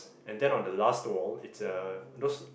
and then on the last wall it's a those